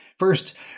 First